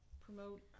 promote